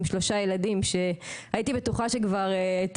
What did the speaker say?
עם שלושה ילדים שהייתי בטוחה שכבר את